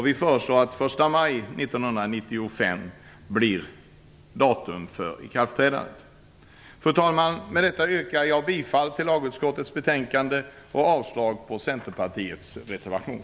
Vi föreslår att den 1 maj 1995 blir datumet för ikraftträdandet. Fru talman! Med detta yrkar jag bifall till lagutskottets hemställan och avslag på Centerpartiets reservation.